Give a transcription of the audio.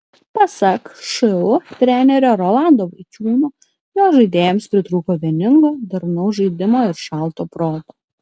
pasak šu trenerio rolando vaičiūno jo žaidėjams pritrūko vieningo darnaus žaidimo ir šalto proto